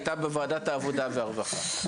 היא הייתה בוועדת העבודה והרווחה.